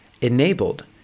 enabled